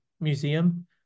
museum